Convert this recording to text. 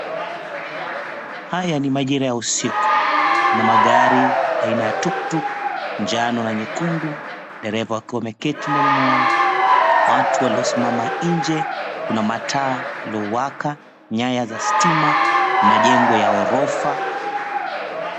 Haya ni majira ya usiku kuna magari aina ya tuktuk ya manjano na nyekundu, dereva akiwa ameketi ndani mwao, watu waliosimama nje kuna mataa iliyowaka, nyaya za stima, majengo ya ghorofa.